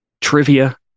trivia